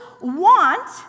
want